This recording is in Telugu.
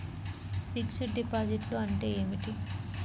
ఫిక్సడ్ డిపాజిట్లు అంటే ఏమిటి?